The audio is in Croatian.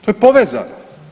To je povezano.